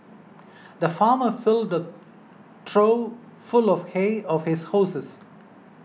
the farmer filled trough full of hay of his horses